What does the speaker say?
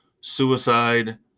suicide